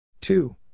Two